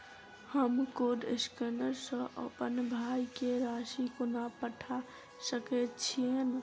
हम code scanner सँ अप्पन भाय केँ राशि कोना पठा सकैत छियैन?